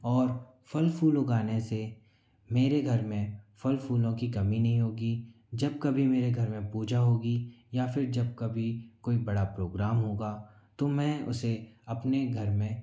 और फल फूल उगाने से मेरे घर में फल फूलों की कमी नहीं होगी जब कभी मेरे घर में पूजा होगी या फिर जब कभी कोई बड़ा प्रोग्राम होगा तो मैं उसे अपने घर में